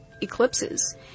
eclipses